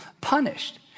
punished